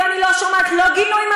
ואני לא שומעת גינוי,